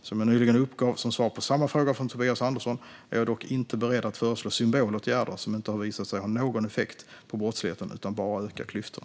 Som jag nyligen uppgav som svar på samma fråga från Tobias Andersson är jag dock inte beredd att föreslå symbolåtgärder som inte har visat sig ha någon effekt på brottsligheten utan bara ökar klyftorna.